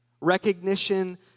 recognition